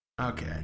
Okay